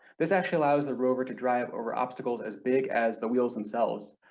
this actually allows the rover to drive over obstacles as big as the wheels themselves.